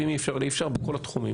ואם אי אפשר אז אי אפשר בכל התחומים.